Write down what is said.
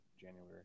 January